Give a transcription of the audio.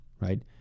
right